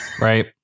Right